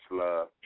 love